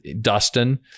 Dustin